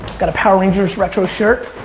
got a power rangers retro shirt,